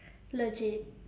legit